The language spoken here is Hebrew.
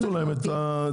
תפחיתו להם את החלוקה.